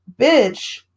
bitch